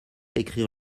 écrire